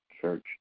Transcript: Church